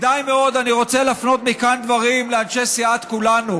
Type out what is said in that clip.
אני רוצה להפנות מכאן דברים לאנשי סיעת כולנו.